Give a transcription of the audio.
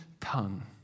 tongue